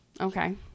Okay